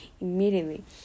immediately